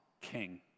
king